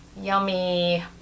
yummy